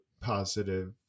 positive